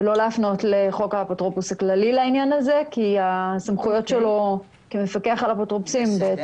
ולא להפנות לעניין הזה לחוק האפוטרופוס הכללי כי